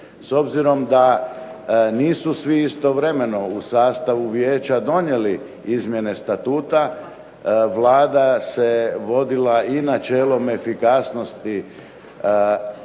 S obzirom da nisu svi istovremeno u sastavu vijeća donijeli izmijene statuta, Vlada se vodila i načelom efikasnosti